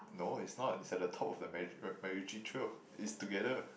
no it's not it's at the top of the Mac~ MacRitchie trail it's together